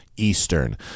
Eastern